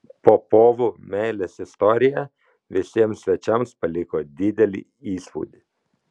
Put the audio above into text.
popovų meilės istorija visiems svečiams paliko didelį įspūdį